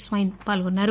స్పెన్ పాల్గొన్నారు